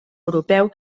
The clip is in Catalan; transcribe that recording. europeu